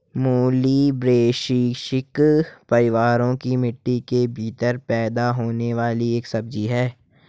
मूली ब्रैसिसेकी परिवार की मिट्टी के भीतर पैदा होने वाली एक सब्जी है